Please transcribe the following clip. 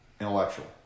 intellectual